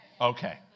Okay